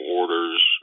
orders